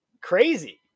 crazy